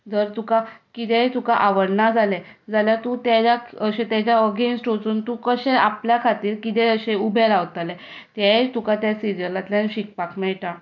जर तुका कितेंय तुका आवडना जालें जाल्यार तूं ताज्या अगॅन्स्ट वचून तूं कशें आपल्या खातीर कितें अशें उबें रावतलें तेंवूय तुका त्या सिरियलांतल्यान शिकपाक मेळटा